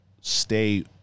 stay